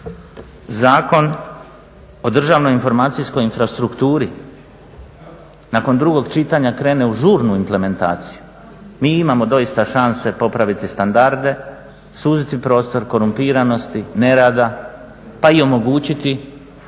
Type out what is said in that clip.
Zakon o državnoj informacijskoj infrastrukturi nakon drugog čitanja krene u žurnu implementaciju, mi imamo doista šanse popraviti standarde, suziti prostor korumpiranosti, nerada pa i omogućiti